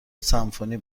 سمفونی